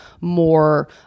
more